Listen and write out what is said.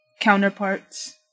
counterparts